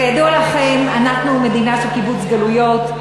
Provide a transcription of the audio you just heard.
כידוע לכם, אנחנו מדינה של קיבוץ גלויות,